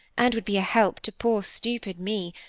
and would be a help to poor stupid me,